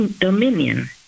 dominion